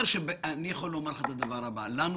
אני יכול לומר לך את הדבר הבא: לנו